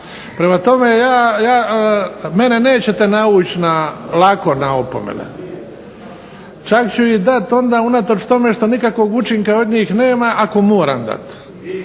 Prema tome, ja, mene nećete navući na lako na opomene. Čak ću ih dati onda unatoč tome što nikakvog učinka od njih nema ako moram dati.